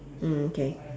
mm okay